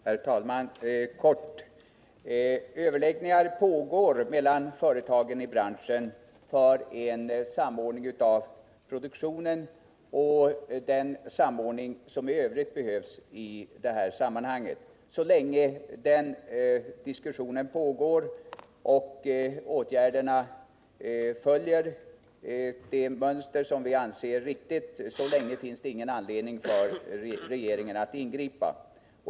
Herr talman! Helt kort: Överläggningar pågår mellan företagen i branschen för att få till stånd en samordning av produktionen och den samordning som i övrigt behövs i det här sammanhanget. Så länge denna diskussion pågår och åtgärderna följer det mönster vi anser vara det rätta finns det ingen anledning för regeringen att ingripa.